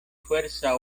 fuerza